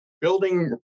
building